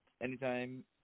anytime